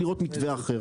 לראות מתווה אחר.